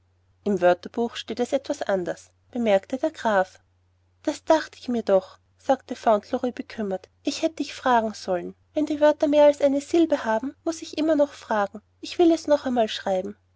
im wörterbuch steht es etwas anders bemerkte der graf das dacht ich mir doch sagte fauntleroy bekümmert ich hätte dich fragen sollen wenn die wörter mehr als eine silbe haben muß ich immer noch fragen ich will es noch einmal schreiben